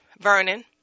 Vernon